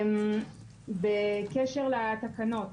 בקשר לתקנות,